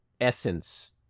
essence